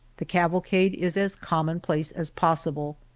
the cavalcade is as commonplace as possible.